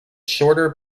shorter